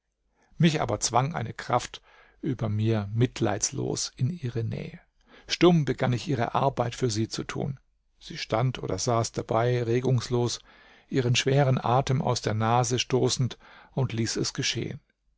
mich aber zwang eine kraft über mir mitleidslos in ihre nähe stumm begann ich ihre arbeit für sie zu tun sie stand oder saß dabei regungslos ihren schweren atem aus der nase stoßend und ließ es geschehen